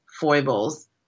foibles